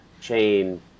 chain